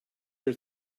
your